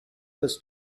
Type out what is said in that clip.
was